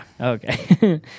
Okay